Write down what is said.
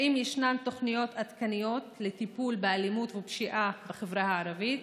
1. האם ישנן תוכניות עדכניות לטיפול באלימות ופשיעה בחברה הערבית?